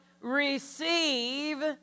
receive